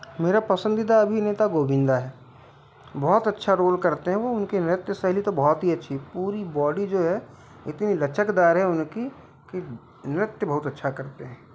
मेरा पसंदीदा अभिनेता गोविंदा है बहुत अच्छा रोल करते हैं वो उनके नृत्य सैली तो बहुत ही अच्छी पूरी बोडी जो है इतनी लचकदार है उनकी की नृत्य बहुत अच्छा करते हैं